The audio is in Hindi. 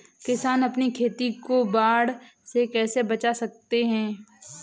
किसान अपनी खेती को बाढ़ से कैसे बचा सकते हैं?